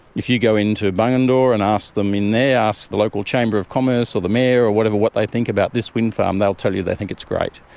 if you go into bungendore and ask them in there, ask the local chamber of commerce or the mayor or whatever what they think about this wind farm, they'll tell you they think it's great,